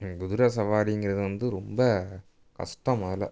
குதிரை சவாரிங்கிறது வந்து ரொம்ப கஷ்டம் முதல்ல